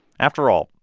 after all,